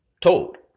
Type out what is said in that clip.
told